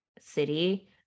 city